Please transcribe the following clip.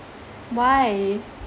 why